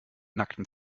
nacktem